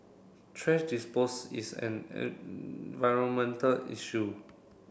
thrash dispose is an environmental issue